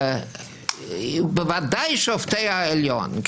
בוודאי שופטי העליון,